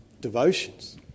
devotions